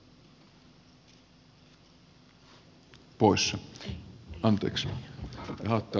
arvoisa herra puhemies